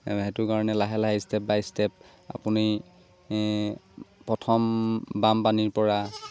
সেইটো কাৰণে লাহে লাহে ষ্টেপ বাই ষ্টেপ আপুনি প্ৰথম বাম পানীৰপৰা